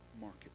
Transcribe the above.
market